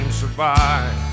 survive